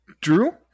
Drew